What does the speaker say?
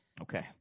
Okay